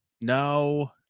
No